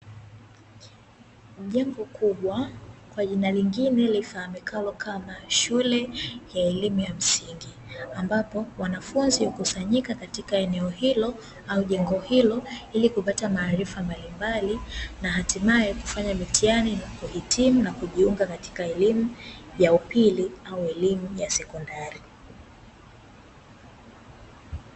Jengo kubwa kwa jina lingine lifahamikalo kama shule ya elimu ya msingi. Ambapo wanafunzi hukusanyika katika eneo hilo au jengo hilo, ili kupata maarifa mbalimbali, na hatimaye kufanya mitihani na kuhitimu na kujiunga katika elimu ya upili au elimu ya sekondari.